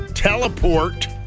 teleport